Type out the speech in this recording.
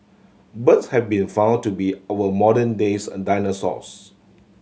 birds have been found to be our modern days a dinosaurs